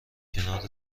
کنار